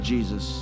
Jesus